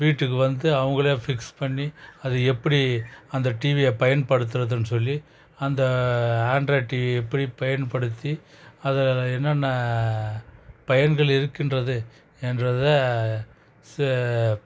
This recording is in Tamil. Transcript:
வீட்டுக்கு வந்து அவங்களே ஃபிக்ஸ் பண்ணி அது எப்படி அந்த டிவியை பயன்படுத்துறதுன்னு சொல்லி அந்த ஆன்ட்ராய்ட் டிவியை எப்படி பயன்படுத்தி அதில் என்னென்ன பயன்கள் இருக்கின்றது என்றதை சு